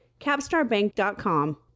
capstarbank.com